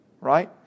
Right